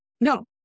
No